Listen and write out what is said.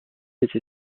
été